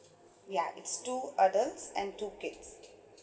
yeah it's two adults and two kids